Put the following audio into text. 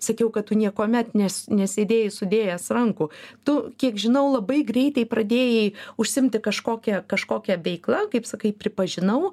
sakiau kad tu niekuomet nes nesėdėjai sudėjęs rankų tu kiek žinau labai greitai pradėjai užsiimti kažkokia kažkokia veikla kaip sakai pripažinau